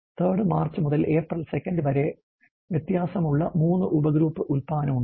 3rd March മുതൽ April 2nd വരെ വ്യത്യാസമുള്ള 3 ഉപഗ്രൂപ്പ് ഉല്പാദനം ഉണ്ട്